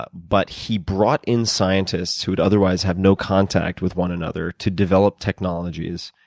ah but he brought in scientists who would otherwise have no contact with one another to develop technologies,